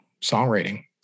songwriting